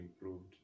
improved